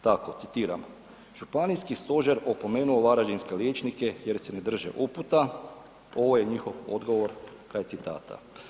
Tako citiram „Županijski stožer opomenuo varaždinske liječnike jer se ne drže uputa, ovo je njihov odgovor“ kraj citata.